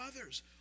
others